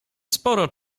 sporo